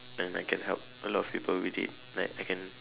then I can help a lot of people with it like I can